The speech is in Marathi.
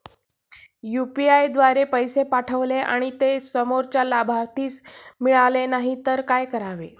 यु.पी.आय द्वारे पैसे पाठवले आणि ते समोरच्या लाभार्थीस मिळाले नाही तर काय करावे?